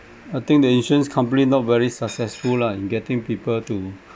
I think the insurance company not very successful lah in getting people to